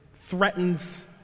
threatens